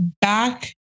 back